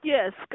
Yes